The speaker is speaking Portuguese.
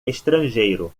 estrangeiro